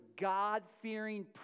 God-fearing